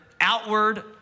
outward